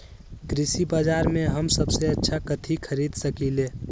कृषि बाजर में हम सबसे अच्छा कथि खरीद सकींले?